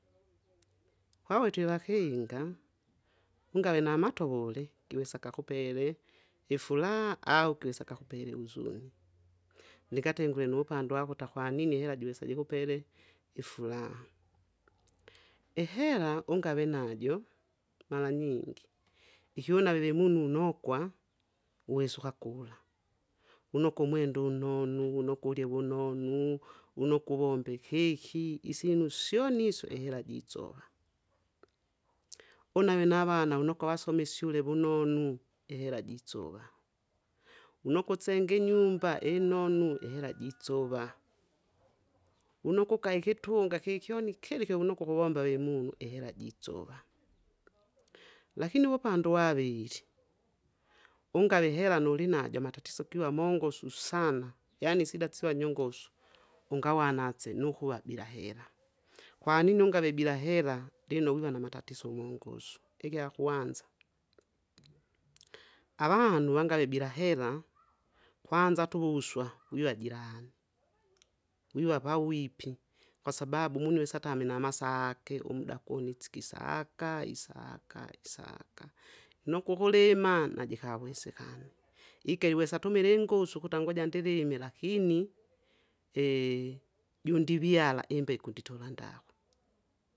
wawi twevakinga, ungaw namatovole giwesaka akupele, ifuraha au gisa gakupele iuzuni. Lingatengure nuvupande vakuta kwanini ihera juwise jikupele ifuraha, ihera ungave najo, maranyingi, ikyunaveve mununokwa, uwesa ukakula, unokwa umwenda unnonu, unokwa urye vunonu, unokwa uvombe ikiki, isinu syoni isyo ihera jisova, unave navana vunokwa vasome isyule vunonu ihera jisova. Unokwa usenge inyumba inonu ihera jisova, unokwa uka ikitunga kikyoni kiri kiunokwa ukuvomba vemunu ihera jisova. Lakini uwupande uwavili, ungave hera nulinajo amatatiso giva mongosu sana yaani isida siva nyongosu ungawa nase nukwa bila hera, kwanini ungave bila hera? lino wiva namatatizo mongosu, ikyakwanza, avanu vanagave bila hera, kwanza tuwuswa, wiwa jirani, wiwa pawipi kwasababu munwesa atami nama namasake umda koni itsikisaka isaka isaka. Inoku ukulima najikawesekana, ikeli iwesa atumila ingusu ukuta ngoja ndilimi lakini! jundivyala imbeku nditola ndaku.